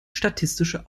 statistische